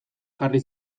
jarri